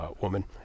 woman